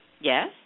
Yes